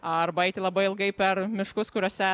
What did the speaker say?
arba eiti labai ilgai per miškus kuriuose